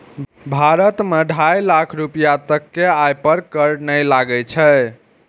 भारत मे ढाइ लाख रुपैया तक के आय पर कर नै लागै छै